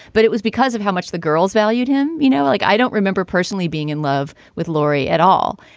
but it was because of how much the girls valued him. you know, like, i don't remember personally being in love with laurie at all.